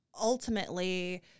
ultimately